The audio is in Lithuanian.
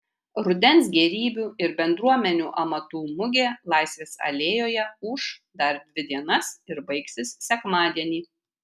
rudens gėrybių ir bendruomenių amatų mugė laisvės alėjoje ūš dar dvi dienas ir baigsis sekmadienį